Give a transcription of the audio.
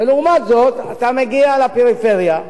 ולעומת זאת, אתה מגיע לפריפריה,